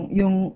yung